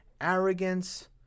arrogance